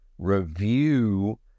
review